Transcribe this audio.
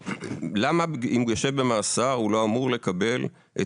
למה אם הוא יושב במאסר הוא לא אמור לקבל את